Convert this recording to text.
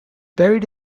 buried